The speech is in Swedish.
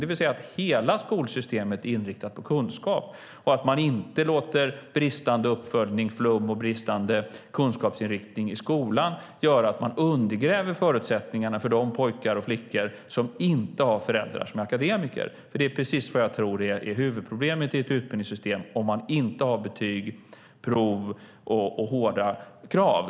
Det handlar om att hela skolsystemet är inriktat på kunskap och om att man inte låter bristande uppföljning, flum och bristande kunskapsinriktning i skolan göra att man undergräver förutsättningarna för de pojkar och flickor som inte har föräldrar som är akademiker. Jag tror att det är precis det som blir huvudproblemet i ett utbildningssystem om man inte har betyg, prov och hårda krav.